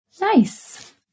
Nice